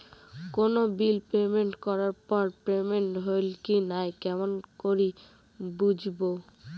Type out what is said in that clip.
কোনো bill payment করার পর পেমেন্ট হইল কি নাই কেমন করি বুঝবো?